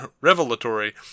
revelatory